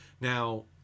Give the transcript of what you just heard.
Now